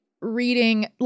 reading